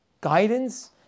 guidance